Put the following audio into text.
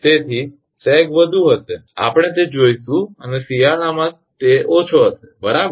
તેથી સેગ વધુ હશે આપણે તે જોઇશું અને શિયાળા માં તે ઓછો હશે બરાબર